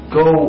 go